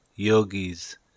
yogis